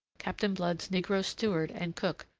captain blood's negro steward and cook,